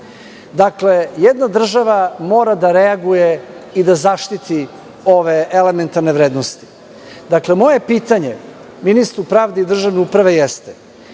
Dakle, jedna država mora da reaguje i da zaštiti ove elementarne vrednosti. Moje pitanje ministru pravde i državne uprave jeste